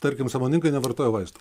tarkim sąmoningai nevartojo vaistų